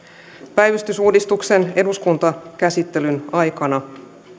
päivystysuudistuksen eduskuntakäsittelyn aikana